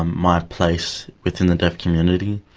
ah my place within the deaf community,